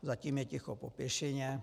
Zatím je ticho po pěšině.